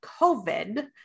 covid